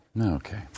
Okay